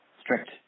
strict